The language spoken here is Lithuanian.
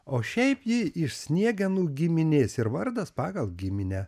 o šiaip ji iš sniegenų giminės ir vardas pagal giminę